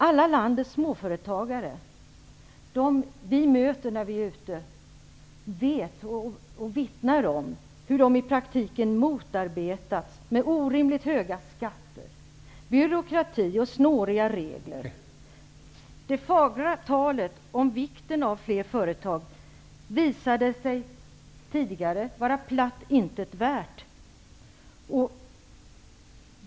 Alla landets småföretagare som vi möter när vi är ute vittnar om hur de i praktiken motarbetats med orimligt höga skatter, byråkrati och snåriga regler. Det fagra talet om vikten av fler företag visade sig tidigare vara platt intet värt.